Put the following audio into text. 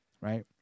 Right